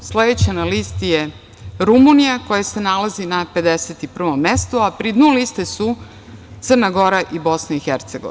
Sledeća na listi je Rumunija, koja se nalazi na 51. mestu, a pri dnu liste su Crna Gora i Bosna i Hercegovina.